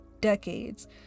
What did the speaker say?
decades